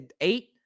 Eight